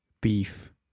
beef